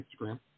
Instagram